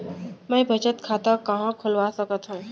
मै बचत खाता कहाँ खोलवा सकत हव?